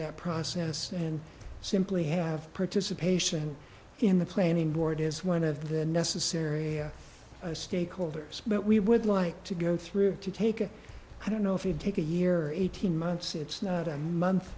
that process and simply have participation in the planning board is one of the necessary stakeholders but we would like to go through to take a i don't know if you take a year or eighteen months it's not a month